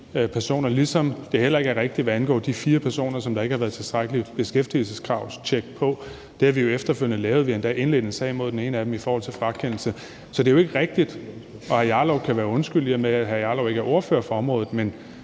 ligesom det heller ikke er rigtigt, hvad angår de fire personer, som der ikke har været et tilstrækkeligt beskæftigelseskravtjek på, for det har vi jo efterfølgende lavet; vi har endda indledt en sag imod den ene af dem i forhold til frakendelse. Så det er jo ikke rigtigt. Hr. Rasmus Jarlov kan være undskyldt, i og med at hr. Rasmus Jarlov ikke er ordfører på området, men